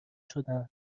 شدن